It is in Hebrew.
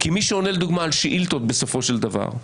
כי מי שעונה לדוגמה על שאילתות בסופו של דבר,